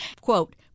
quote